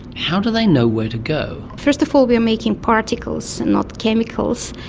how do they know where to go? first of all we are making particles and not chemicals,